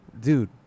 Dude